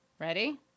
Ready